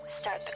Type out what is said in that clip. Start